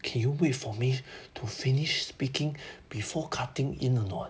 can you wait for me to finish speaking before cutting in or not